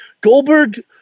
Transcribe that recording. Goldberg